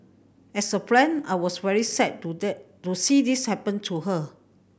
as a friend I was very sad to to see this happen to her